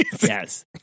Yes